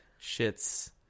shits